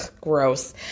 gross